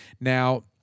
Now